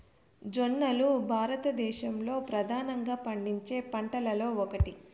జొన్నలు భారతదేశంలో ప్రధానంగా పండించే పంటలలో ఒకటి